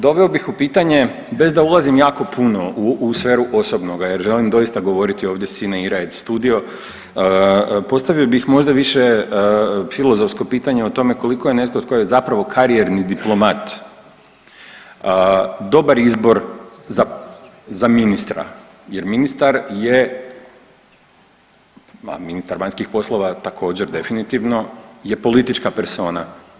Doveo bih u pitanje bez da ulazim jako puno u sferu osobnoga jer želim doista govoriti ovdje sine ira et studio, postavio bih možda više filozofsko pitanje o tome koliko je netko tko je zapravo karijerni diplomat dobar izbor za, za ministra jer ministar je, a ministar vanjskih poslova također definitivno je politička persona.